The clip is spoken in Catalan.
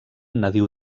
nadiu